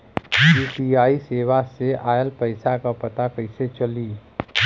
UPI सेवा से ऑयल पैसा क पता कइसे चली?